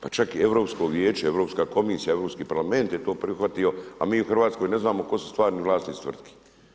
Pa čak i Europsko vijeće, Europska komisija, Europski parlament je to prihvati, a mi u RH ne znamo tko su stvarni vlasnici tvrtki.